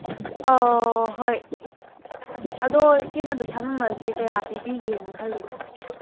ꯑꯧ ꯍꯣꯏ ꯑꯗꯣ ꯏꯆꯦꯅ ꯄꯩꯁꯥ ꯃꯃꯜꯁꯦ ꯀꯌꯥ ꯄꯤꯕꯤꯒꯦꯅ ꯈꯜꯂꯤꯅꯣ